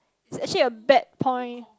it's actually a bad point